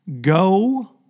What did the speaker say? go